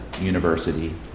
University